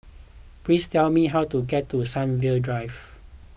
please tell me how to get to Sunview Drive